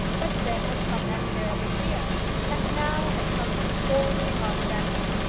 but then had come that terrible fear and now had come these golden prospects.